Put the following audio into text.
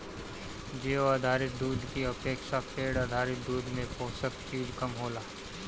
जीउ आधारित दूध की अपेक्षा पेड़ आधारित दूध में पोषक चीज कम होला